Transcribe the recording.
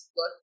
look